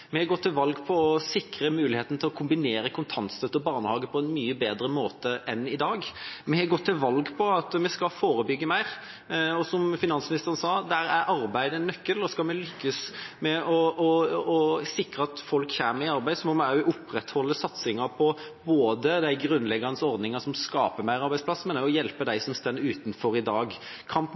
Vi har gått til valg på å sikre muligheten til å kombinere kontantstøtte og barnehage på en mye bedre måte enn i dag. Vi har gått til valg på at vi skal forebygge mer. Som finansministeren sa, er arbeid en nøkkel der. Skal vi lykkes med å sikre at folk kommer i arbeid, må vi både opprettholde satsingen på de grunnleggende ordningene som skaper flere arbeidsplasser, og også hjelpe dem som står utenfor i dag.